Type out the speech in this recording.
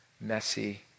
messy